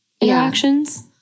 interactions